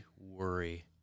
worry